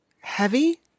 heavy